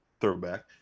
Throwback